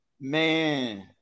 Man